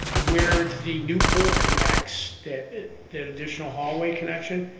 where the new pool connects, that that additional hallway connection,